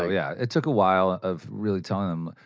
yeah. it took a while of really telling them,